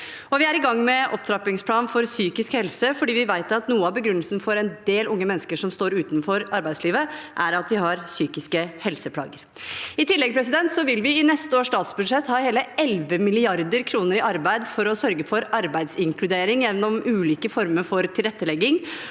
Vi er også i gang med en opptrappingsplan for psykisk helse, for vi vet at noe av begrunnelsen for en del unge mennesker som står utenfor arbeidslivet, er at de har psykiske helseplager. I tillegg vil vi i neste års statsbudsjett ha hele 11 mrd. kr i arbeid for å sørge for arbeidsinkludering gjennom ulike former for tilrettelegging.